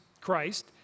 Christ